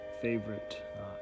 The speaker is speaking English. favorite